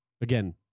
Again